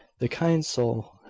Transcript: the kind soul!